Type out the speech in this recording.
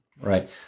Right